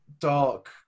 dark